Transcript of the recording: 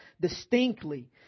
distinctly